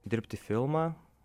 dirbt į filmą